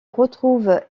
retrouve